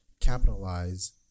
capitalize